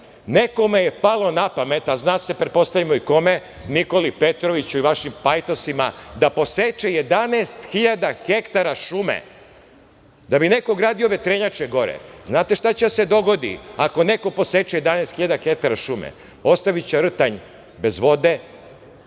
Nekome je palo na pamet, a zna se pretpostavimo i kome, Nikoli Petroviću i vašim pajtosima, da poseče 11.000 hektara šume da bi neko gradio vetrenjače gore. Znate šta će da se dogodi ako neko poseče 11.000 hektara šume? Ostaviće Rtanj bez vode.